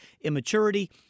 immaturity